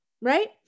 right